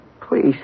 Please